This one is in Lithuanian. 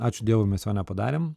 ačiū dievui mes jo nepadarėm